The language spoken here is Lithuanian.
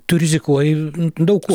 tu rizikuoji daug kuo